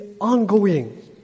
ongoing